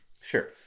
Sure